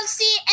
see